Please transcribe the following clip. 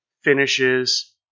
finishes